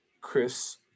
Chris